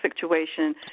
situation